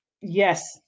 yes